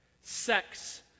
Sex